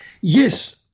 Yes